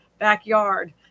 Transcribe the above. backyard